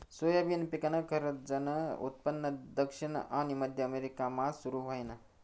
soybean पिकनं खरंजनं उत्पन्न दक्षिण आनी मध्य अमेरिकामा सुरू व्हयनं